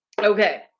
okay